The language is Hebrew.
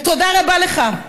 תודה רבה לך.